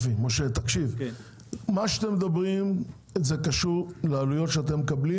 מה שאתם מדברים עליו קשור לעלויות שאתם מקבלים